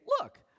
look